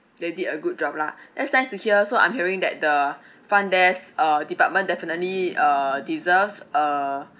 they did a good job lah that's nice to hear so I'm hearing that the front desk uh department definitely uh deserves a